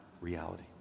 reality